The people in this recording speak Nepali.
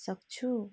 सक्छु